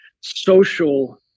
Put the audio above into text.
social